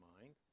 mind